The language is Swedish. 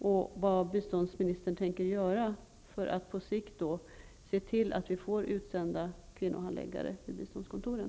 Och vad tänker biståndsministern göra för att på sikt se till att vi får utsända kvinnohandläggare vid biståndskontoren?